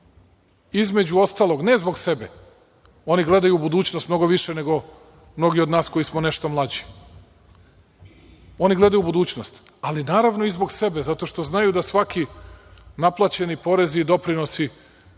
između ostalog, ne zbog sebe, oni gledaju u budućnost mnogo više nego mnogi od nas koji smo nešto mlađi. Oni gledaju u budućnost, ali naravno i zbog sebe, zato što znaju da svaki naplaćeni porezi i doprinosi,